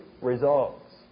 results